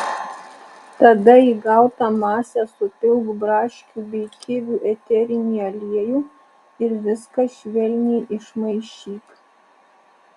tada į gautą masę supilk braškių bei kivių eterinį aliejų ir viską švelniai išmaišyk